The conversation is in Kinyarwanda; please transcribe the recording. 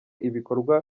ibikorwa